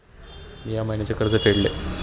मी या महिन्याचे कर्ज फेडले